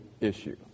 issue